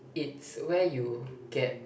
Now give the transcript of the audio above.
it's where you get